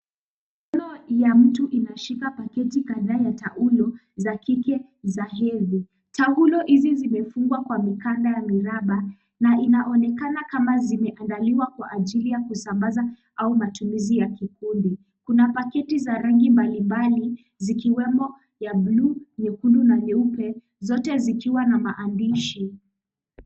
Mikono ya mtu inashika paketi kadhaa ya taulo ya kike za hedhi. Taulo hizi zimefungwa kwa mikanda ya miraba na inaonekana kama zimeandaliwa kwa ajili ya kusambaza au matumizi ya kikundi. Kuna paketi za rangi mbalimbali zikiwemo ya buluu, nyekundu na nyeupe zote zikiwa na maandishi.